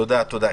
תודה.